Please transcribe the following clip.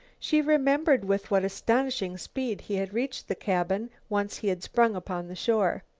she remembered with what astonishing speed he had reached the cabin once he had sprung upon the shore.